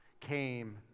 came